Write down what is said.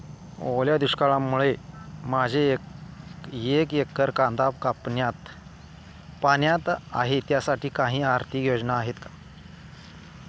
ओल्या दुष्काळामुळे माझे एक एकर कांदा पाण्यात आहे त्यासाठी काही आर्थिक योजना आहेत का?